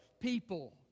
people